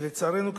ולצערנו,